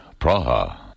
Praha